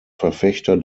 verfechter